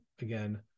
again